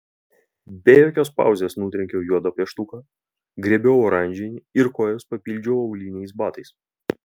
be jokios pauzės nutrenkiau juodą pieštuką griebiau oranžinį ir kojas papildžiau auliniais batais